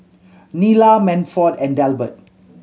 Nila Manford and Delbert